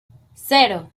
cero